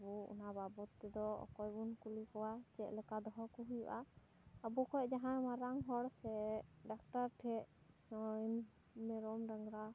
ᱟᱵᱚ ᱚᱱᱟ ᱵᱟᱵᱚᱫ ᱛᱮᱫᱚ ᱚᱠᱚᱭ ᱵᱚᱱ ᱠᱩᱞᱤ ᱠᱚᱣᱟ ᱪᱮᱫ ᱞᱮᱠᱟ ᱫᱚᱦᱚ ᱠᱚ ᱦᱩᱭᱩᱜᱼᱟ ᱟᱵᱚ ᱠᱷᱚᱱ ᱡᱟᱦᱟᱸᱭ ᱢᱟᱨᱟᱝ ᱦᱚᱲ ᱥᱮ ᱰᱟᱠᱛᱟᱨ ᱴᱷᱮᱱ ᱱᱚᱜᱼᱚᱭ ᱢᱮᱨᱚᱢ ᱰᱟᱝᱨᱟ